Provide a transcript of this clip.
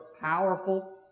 powerful